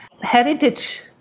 heritage